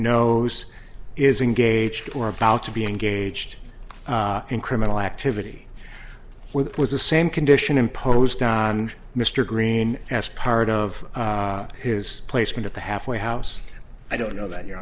use is engaged or about to be engaged in criminal activity with was the same condition imposed on mr green as part of his placement at the halfway house i don't know that you